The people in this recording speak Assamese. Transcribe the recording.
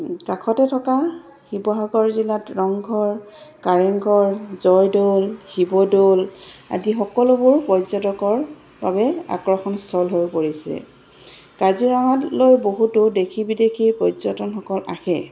কাষতে থকা শিৱসাগৰ জিলাত ৰংঘৰ কাৰেংঘৰ জয়দৌল শিৱদৌল আদি সকলোবোৰ পৰ্যটকৰ বাবে আকৰ্ষণ স্থল হৈ পৰিছে কাজিৰঙালৈ বহুতো দেশী বিদেশী পৰ্যটনসকল আহে